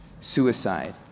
suicide